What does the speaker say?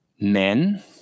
Men